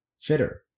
fitter